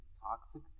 toxic